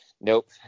Nope